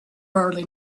early